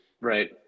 Right